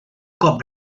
cop